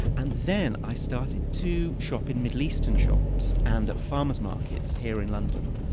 and then i started to shop in middle eastern shops and at farmers markets here in london,